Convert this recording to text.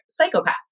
psychopaths